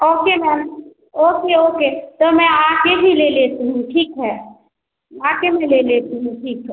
okay ma'am okay okay तो मैं आकर ही ले लेती हूँ ठीक है आकर मैं ले लेती हूँ ठीक है